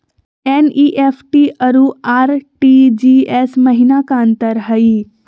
NEFT अरु RTGS महिना का अंतर हई?